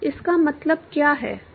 इसका मतलब क्या है